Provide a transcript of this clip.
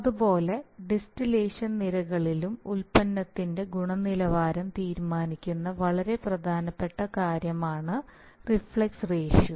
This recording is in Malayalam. അതുപോലെ ഡിസ്റ്റലേഷൻ നിരകളിലും ഉൽപ്പന്നത്തിന്റെ ഗുണനിലവാരം തീരുമാനിക്കുന്ന വളരെ പ്രധാനപ്പെട്ട കാര്യമാണ് റിഫ്ലക്സ് റേഷ്യോ